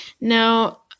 Now